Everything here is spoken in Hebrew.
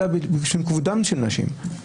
אלא מפאת כבודן של נשים.